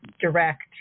direct